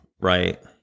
right